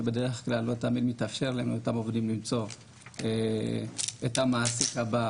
שבדרך כלל לא תמיד מתאפשר לאותם עובדים למצוא את המעסיק הבא,